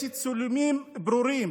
יש צילומים ברורים,